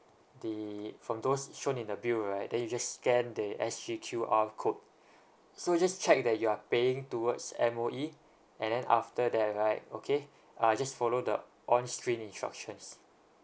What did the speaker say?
the from those shown in the bill right then you just scan they S_G_Q_R code so just check that you are paying towards M_O_E and then after that right okay uh just follow the on screen instructions